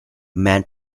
man